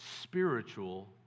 spiritual